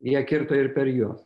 jie kirto ir per juos